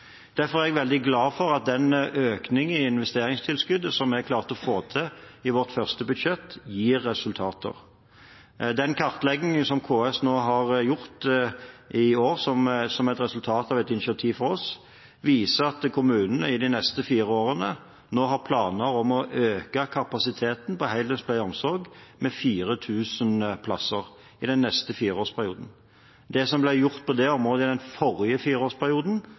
Derfor er jeg veldig glad for at den økningen i investeringstilskuddet som vi klarte å få til i vårt første budsjett, gir resultater. Den kartleggingen som KS har gjort nå i år, som et resultat av et initiativ fra oss, viser at kommunene i den neste fireårsperioden har planer om å øke kapasiteten på heldøgns pleie og omsorg med 4 000 plasser. Det som ble gjort på det området i den forrige fireårsperioden,